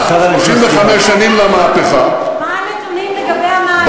תירוץ למה שקורה בגדה המערבית?